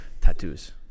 Tattoos